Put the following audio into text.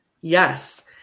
Yes